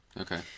Okay